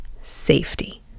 safety